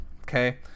okay